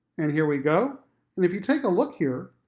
and here we go if you take a look here.